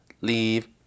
Leave